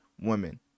women